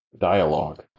Dialogue